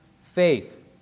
faith